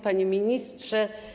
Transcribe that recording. Panie Ministrze!